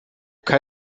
aber